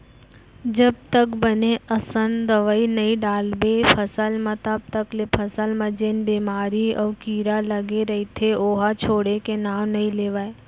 जब तक बने असन दवई नइ डालबे फसल म तब तक ले फसल म जेन बेमारी अउ कीरा लगे रइथे ओहा छोड़े के नांव नइ लेवय